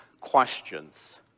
questions